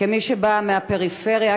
כמי שבאה מהפריפריה,